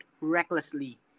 recklessly